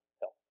health